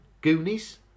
Goonies